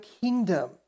kingdom